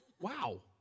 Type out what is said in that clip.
Wow